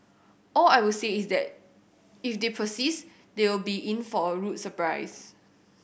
all I will say is that if they persist they will be in for a rude surprise